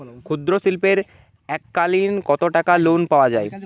ক্ষুদ্রশিল্পের এককালিন কতটাকা লোন পাওয়া য়ায়?